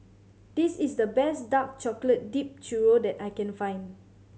this is the best dark chocolate dipped churro that I can find